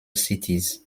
cities